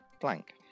blank